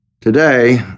Today